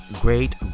great